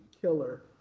killer